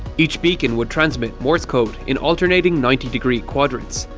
each beacon would transmit morse code in alternating ninety degree quadrants.